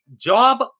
job